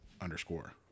underscore